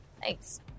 Thanks